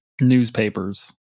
newspapers